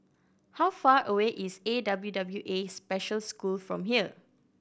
how far away is A W W A Special School from here